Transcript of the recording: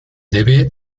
debe